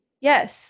Yes